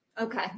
Okay